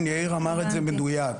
יאיר אמר את זה במדוייק.